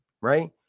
right